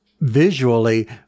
visually